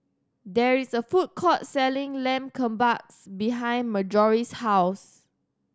there is a food court selling Lamb Kebabs behind Marjorie's house